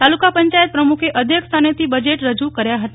તાલુકા પંચાયત પ્રમુખે અધ્યક્ષ સ્થાનેથી બજેટ રજૂ કર્યા હતા